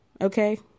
Okay